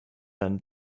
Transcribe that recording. dann